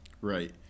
right